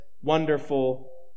wonderful